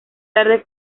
tarde